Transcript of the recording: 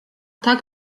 tak